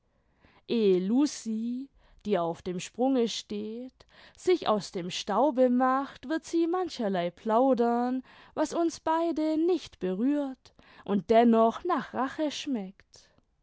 sich aus dem staube macht wird sie mancherlei plaudern was uns beide nicht berührt und dennoch nach rache schmeckt